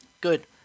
Good